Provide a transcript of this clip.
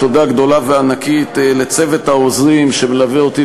תודה לחבר הכנסת יריב לוין.